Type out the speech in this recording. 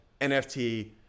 NFT